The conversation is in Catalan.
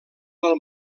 del